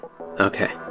okay